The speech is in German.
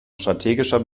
strategischer